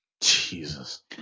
Jesus